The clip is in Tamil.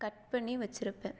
கட் பண்ணி வச்சிருப்பேன்